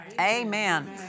Amen